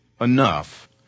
enough